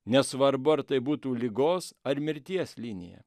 nesvarbu ar tai būtų ligos ar mirties linija